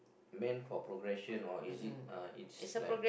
meant for progression or is it uh it's like